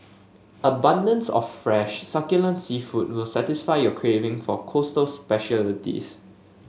abundance of fresh succulent seafood will satisfy your craving for coastal specialities